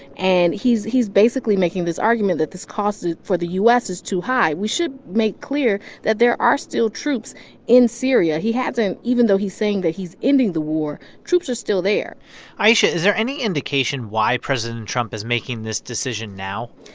and he's he's basically making this argument that this cost for the u s. is too high. we should make clear that there are still troops in syria. he hasn't even though he's saying that he's ending the war, troops are still there ayesha, is there any indication why president trump is making this decision now?